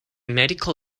medical